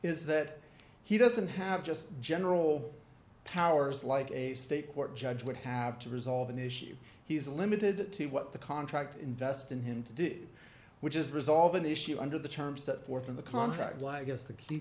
is that he doesn't have just general powers like a state court judge would have to resolve an issue he's a limited to what the contract invest in him to do which is resolve an issue under the terms set forth in the contract like yes the key